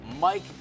mike